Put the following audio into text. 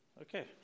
Okay